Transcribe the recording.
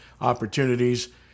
opportunities